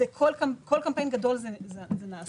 בכל קמפיין גדול זה נעשה.